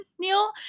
Neil